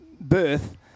birth